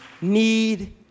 need